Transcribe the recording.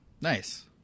Nice